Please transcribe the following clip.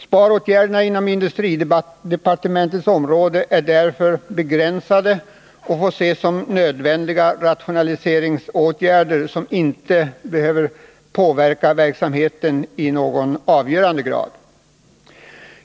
Sparåtgärderna inom industridepartementets område är därför begränsade och får ses som nödvändiga rationaliseringsåtgärder som inte behöver påverka verksamheten i någon avgörande grad.